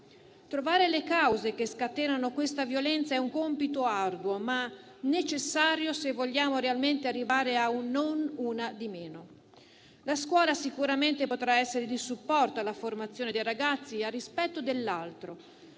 Trovare le cause che scatenano questa violenza è un compito arduo ma necessario se vogliamo realmente arrivare a un "non una di meno". La scuola sicuramente potrà essere di supporto alla formazione dei ragazzi, al rispetto dell'altro,